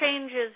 changes